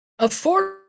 Affordable